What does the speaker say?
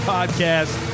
Podcast